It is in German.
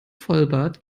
vollbart